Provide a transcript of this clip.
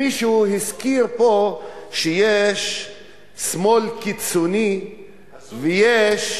מישהו הזכיר פה שיש שמאל קיצוני ויש,